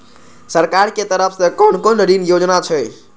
सरकार के तरफ से कोन कोन ऋण योजना छै?